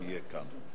אם יהיה כאן.